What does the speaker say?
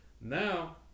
now